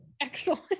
excellent